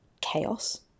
chaos